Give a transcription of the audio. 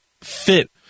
fit